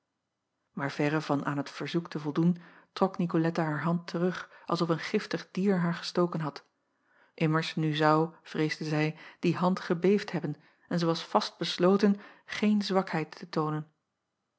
aar verre van aan het verzoek te voldoen trok icolette haar hand terug als of een giftig dier haar gestoken had immers nu zou vreesde zij die hand gebeefd hebben en zij was vastbesloten geen zwakheid te toonen